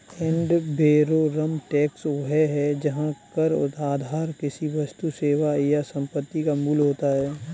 add valorem tax वह है जहां कर आधार किसी वस्तु, सेवा या संपत्ति का मूल्य होता है